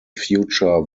future